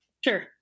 Sure